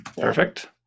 Perfect